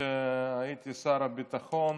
כשהייתי שר הביטחון,